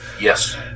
Yes